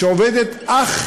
שעובדת אך